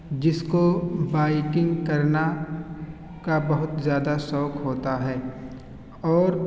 جس کو بائکنگ کرنا کا بہت زیادہ شوق ہوتا ہے اور